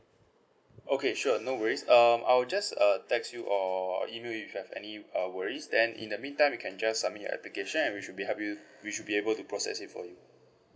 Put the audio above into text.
okay sure no worries um I'll just uh text you or email you if you have any uh worries then in the meantime you can just submit your application and we should be help you we should be able to process it for you